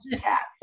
cats